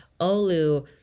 Olu